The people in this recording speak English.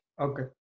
okay